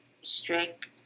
strict